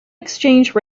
exchange